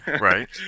right